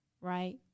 right